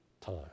time